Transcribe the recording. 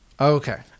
Okay